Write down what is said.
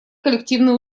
коллективные